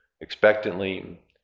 expectantly